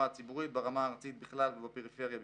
הציבורית ברמה הארצית בכלל ובפריפריה בפרט,